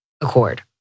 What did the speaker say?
accord